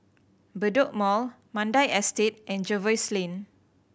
Bedok Mall Mandai Estate and Jervois Lane